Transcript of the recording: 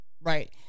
right